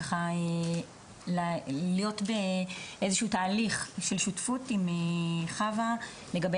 להיות באיזה תהליך של שותפות עם חוה לגבי